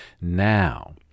Now